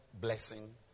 blessing